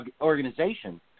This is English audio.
organization